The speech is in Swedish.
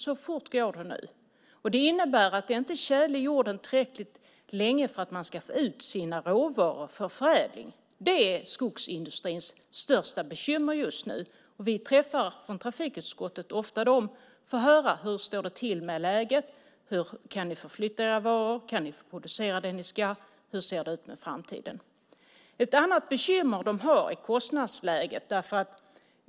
Så fort går det nu. Det innebär att det inte är tjäle i jorden tillräckligt länge för att man ska hinna få ut sina råvaror för förädling. Det är skogsindustrins största bekymmer just nu, och vi i trafikutskottet träffar ofta dem för att höra hur det står till med läget, hur de kan förflytta sina varor, om de kan producera det de ska och hur framtiden ser ut. Ett annat bekymmer för dem är kostnadsläget.